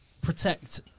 protect